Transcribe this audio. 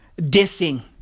dissing